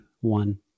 one